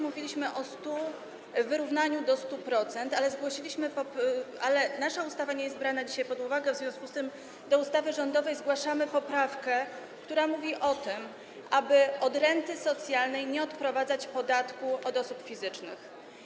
Mówiliśmy również o wyrównaniu do 100%, ale nasza ustawa nie jest brana dzisiaj pod uwagę, w związku z czym do ustawy rządowej zgłaszamy poprawkę, która mówi o tym, aby od renty socjalnej nie odprowadzać podatku od osób fizycznych.